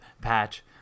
patch